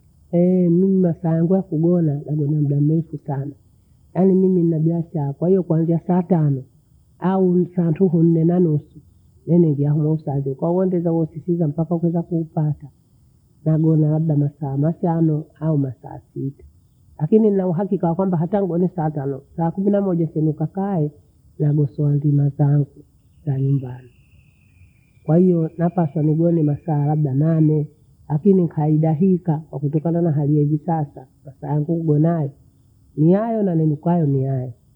Hani nyumbani hangu wanangu waenda sokoni, kila jumatatu. Kwauta sokoni wakabwa nkoaji wa mchele, kilo ishirini au ishina tano. Naa tabia yoba yeleka cha kilo ishini na tano. Kwakua mtaji wa mhage kilo shano, nabinda ntaguaa uwolo kama kilo mwenga, ntagua naa dagaa. Basi matumizi mateho ya mbogamboga hizi zakubadilisha nyamba mbayiroo kawaida siku mwenga mwenga lakini natumia zima kuu, hiyo yayezo sikutegoae. Haye ni- nikatika matumizi yangu kwasababu nina biashara kidogo na nina wana waweze kula. Basi baada ya kutumia heda ya unga ida ikadoa hata siku kumi au kumi na mbili kwa muda mwezi nimiwili. Mchele uda na ukawekewa daha kombita asili we, huna hakutia kwasiku hizo kumi. Kwahiyoo kwamwezi bwana akuhita hiyo vaantatu lakini vafidia kidogo, kwafidia mwezi mtuhu.